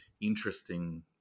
interesting